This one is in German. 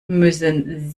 müssen